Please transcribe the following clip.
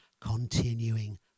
continuing